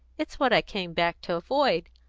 it's what i came back to avoid.